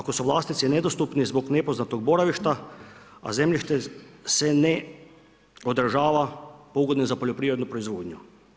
Ako su vlasnici nedostupni zbog nepoznatog boravišta, a zemljište se ne održava i pogodno je za poljoprivrednu proizvodnju.